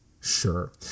Sure